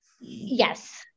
Yes